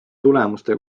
tulemuste